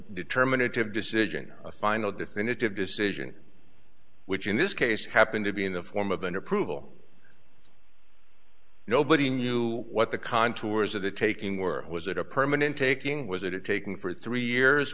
determinative decision or a final definitive decision which in this case happened to be in the form of an approval nobody knew what the contours of the taking were was it a permanent taking was it taken for three years